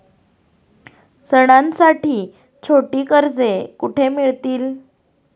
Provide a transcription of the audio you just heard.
सणांसाठी छोटी कर्जे कुठे मिळतील?